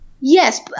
Yes